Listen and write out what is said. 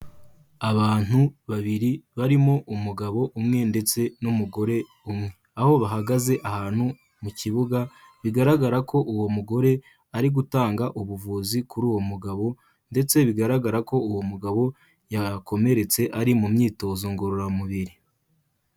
Abantu babiri barimo umugabo umwe ndetse n'umugore umwe, aho bahagaze ahantu mu kibuga bigaragara ko uwo mugore ari gutanga ubuvuzi kuri uwo mugabo ndetse bigaragara ko uwo mugabo yakomeretse, ari mu myitozo ngororamubiri.